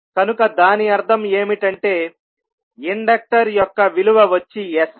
కనుక దాని అర్థం ఏమిటంటే ఇండక్టర్ యొక్క విలువ వచ్చి sL